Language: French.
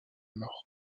mort